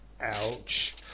Ouch